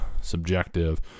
subjective